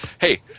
hey